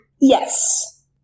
Yes